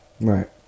Right